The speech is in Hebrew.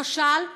למשל,